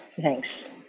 Thanks